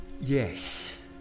Yes